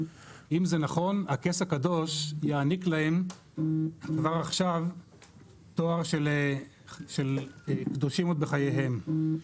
אם זה נכון ה'כס הקדוש' יעניק להם כבר עכשיו תואר של קדושים עוד בחייהם.